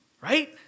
right